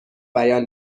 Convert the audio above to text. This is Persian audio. بیان